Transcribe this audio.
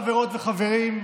חברות וחברים,